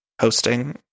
hosting